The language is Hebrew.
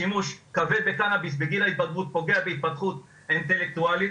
שימוש כבד בקנאביס בגיל ההתבגרות פוגע בהתפתחות האינטלקטואלית,